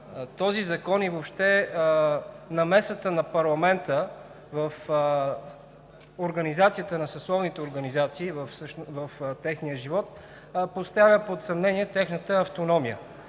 този закон и въобще намесата на парламента в организацията на съсловните организации, в техния живот, поставя под съмнение автономията